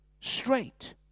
straight